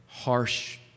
harsh